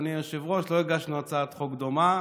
אדוני היושב-ראש: לא הגשנו הצעת חוק דומה,